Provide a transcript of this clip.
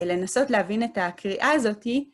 לנסות להבין את הקריאה הזאתי.